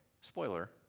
Spoiler